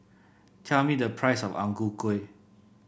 tell me the price of Ang Ku Kueh